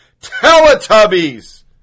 Teletubbies